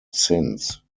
since